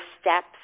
steps